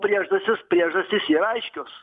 priežastys priežastys yra aiškios